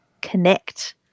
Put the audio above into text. connect